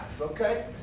Okay